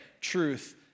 truth